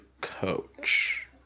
Coach